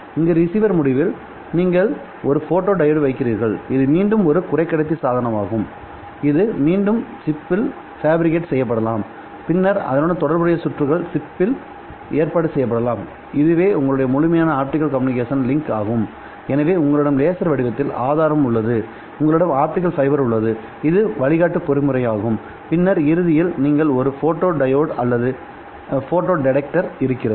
அங்கு ரிசீவர் முடிவில் நீங்கள் ஒரு போட்டோ டயோடு வைக்கிறீர்கள் இது மீண்டும் ஒரு குறைக்கடத்தி சாதனமாகும் இது மீண்டும் சிப்பில் ஃபேபிரிகேட் செய்யப்படலாம் பின்னர் அதனுடன் தொடர்புடைய சுற்றுகள் சிப்பில் ஏற்பாடு செய்யப்படலாம்இதுவே உங்களுடைய முழுமையான ஆப்டிகல் கம்யூனிகேஷன் லிங்க் ஆகும் எனவே உங்களிடம் லேசர் வடிவத்தில் ஆதாரம் உள்ளது உங்களிடம் ஆப்டிகல் ஃபைபர் உள்ளது இது வழிகாட்டும் பொறிமுறையாகும் பின்னர் இறுதியில் நீங்கள் ஒரு ஃபோட்டோடியோட் அல்லது photodetector இருக்கிறது